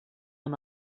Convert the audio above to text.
amb